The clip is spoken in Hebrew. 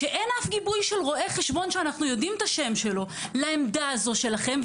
שאין אף גיבוי של רואה חשבון שאנחנו יודעים את השם שלו לעמדה הזו שלכם,